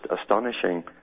astonishing